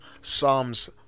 Psalms